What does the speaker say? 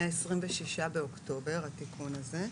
מה-26 באוקטובר, התיקון הזה.